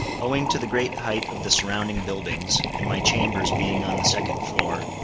owing to the great height of the surrounding buildings, and my chambers being on the second floor,